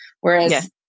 Whereas